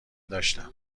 داشتم